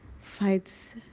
fights